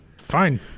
Fine